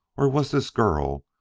or was this girl,